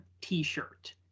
t-shirt